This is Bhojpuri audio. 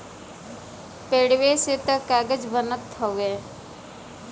पेड़वे से त कागज बनत हउवे